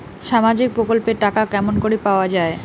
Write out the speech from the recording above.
সামাজিক প্রকল্পের টাকা কেমন করি পাওয়া যায়?